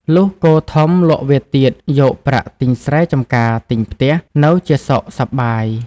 លុះគោធំលក់វាទៀតយកប្រាក់ទិញស្រែចំការទិញផ្ទះនៅជាសុខសប្បាយ។